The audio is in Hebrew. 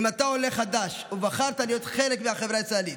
אם אתה עולה חדש ובחרת להיות חלק מהחברה הישראלית,